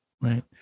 Right